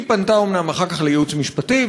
היא פנתה אומנם אחר כך לייעוץ המשפטי,